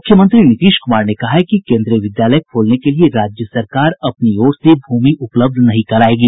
मुख्यमंत्री नीतीश कुमार ने कहा है कि केन्द्रीय विद्यालय खोलने के लिए राज्य सरकार अपनी ओर से भूमि उपलब्ध नहीं करायेगी